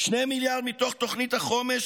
2 מיליארד ו-550 מיליון מתוך תוכנית החומש